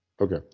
Okay